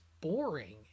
boring